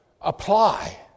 apply